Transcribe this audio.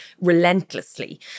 relentlessly